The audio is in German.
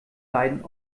leiden